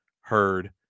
heard